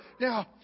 Now